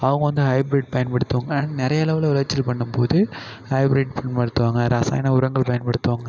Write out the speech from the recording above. அவங்க வந்து ஹைப்ரிட் பயன்படுத்துவாங்க நிறைய அளவில் விளைச்சல் பண்ணும்போது ஹைப்ரிட் பயன்படுத்துவாங்க ரசாயன உரங்கள் பயன்படுத்துவாங்க